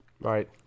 Right